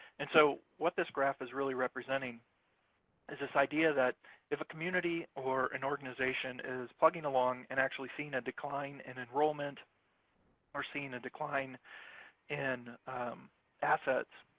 and so what this graph is really representing is this idea that if a community or an organization is plugging along and actually seeing a decline in enrollment or seeing a decline in assets,